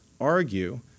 argue